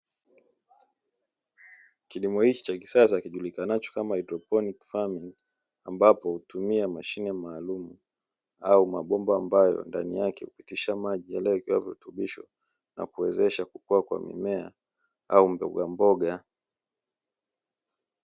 Kilimo hiki cha kisasa kijulikanacho kama haidroponi ambapo hutumia mashine maalumu au mabomba, ambayo ndani yake hupitisha maji yanayowekewa virutubisho na kuwezesha kukua kwa mimea au mbogamboga.